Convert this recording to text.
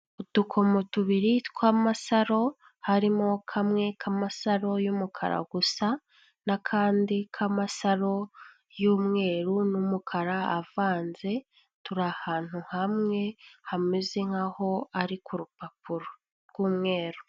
Udukomo tubiri tw'amasaro harimo kamwe k'amasaro y'umukara gusa n'akandi k'amasaro y'umweru n'umukara avanze, turi ahantu hamwe hameze nk'aho ari ku rupapuro rw'umweru.